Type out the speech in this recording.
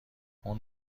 اون